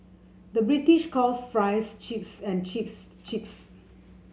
the British calls fries chips and chips crisps